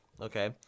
Okay